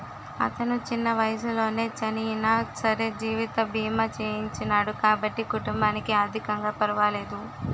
అతను చిన్న వయసులోనే చనియినా సరే జీవిత బీమా చేయించినాడు కాబట్టి కుటుంబానికి ఆర్ధికంగా పరవాలేదు